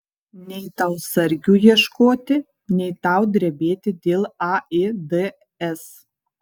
nei tau sargių ieškoti nei tau drebėti dėl aids